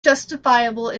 justifiable